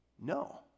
no